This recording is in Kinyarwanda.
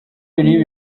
bibiliya